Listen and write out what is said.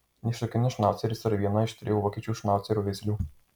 nykštukinis šnauceris yra viena iš trijų vokiečių šnaucerio veislių